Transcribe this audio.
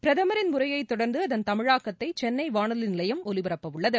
பிரதமரின் உரையைத் தொடர்ந்து அதன் தமிழாக்கத்தை சென்னை வானொலி நிலையம் ஒலிபரப்ப உள்ளது